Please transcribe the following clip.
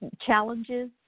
challenges